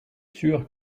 sûr